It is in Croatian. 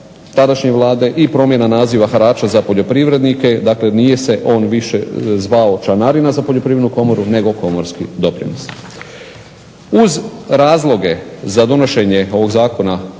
tadašnje Vlade i promjena naziva harača za poljoprivrednike. Dakle, nije se on više zvao članarina za Poljoprivrednu komoru nego komorski doprinos. Uz razloge za donošenje ovog Zakona